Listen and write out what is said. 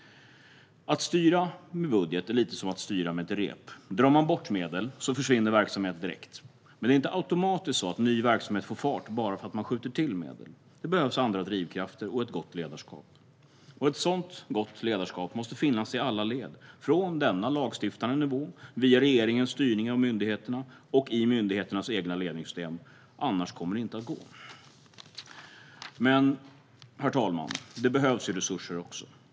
Att styra med budget är lite som att styra med ett rep. Drar man bort medel försvinner verksamhet direkt, men det är inte automatiskt så att ny verksamhet får fart bara för att man skjuter till medel. Det behövs andra drivkrafter och ett gott ledarskap. Ett sådant gott ledarskap måste finnas i alla led - från denna lagstiftande nivå, via regeringens styrning av myndigheterna till myndigheternas egna ledningssystem. Annars kommer det inte att gå. Herr talman! Det behövs förstås även resurser.